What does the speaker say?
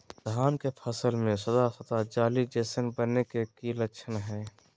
धान के फसल में सादा सादा जाली जईसन बने के कि लक्षण हय?